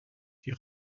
die